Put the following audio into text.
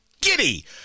giddy